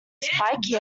spiky